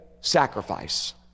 sacrifice